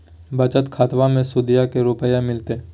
बचत खाताबा मे सुदीया को रूपया मिलते?